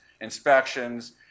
inspections